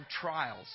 trials